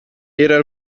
era